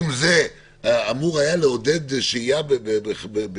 אם זה אמור היה לעודד שהייה בבידוד,